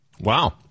Wow